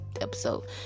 episode